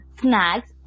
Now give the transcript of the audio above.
snacks